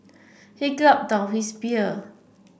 he gulped down his beer